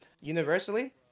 universally